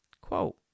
quote